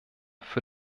für